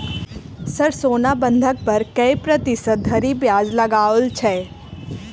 Sir सोना बंधक पर कऽ प्रतिशत धरि ब्याज लगाओल छैय?